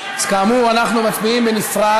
כאמור, אנחנו מצביעים בנפרד.